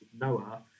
Noah